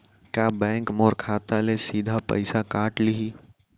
का बैंक मोर खाता ले सीधा पइसा काट लिही?